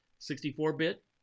64-bit